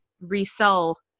resell